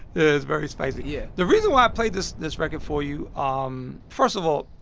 it's very spicy yeah the reason why i played this this record for you um first of all,